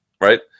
right